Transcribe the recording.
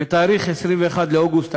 מאחר שכרגע המשרדים שלא הנגישו,